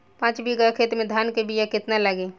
पाँच बिगहा खेत में धान के बिया केतना लागी?